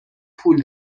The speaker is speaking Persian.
پول